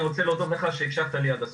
אני רוצה להודות לך שהקשבת לי עד הסוף,